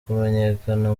kumenyekana